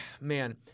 man